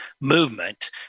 movement